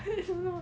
you know